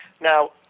Now